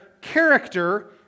character